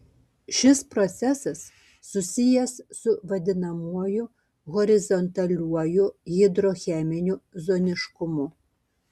šis procesas susijęs su vadinamuoju horizontaliuoju hidrocheminiu zoniškumu